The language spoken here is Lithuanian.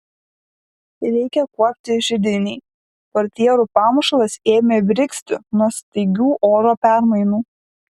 reikia kuopti židinį portjerų pamušalas ėmė brigzti nuo staigių oro permainų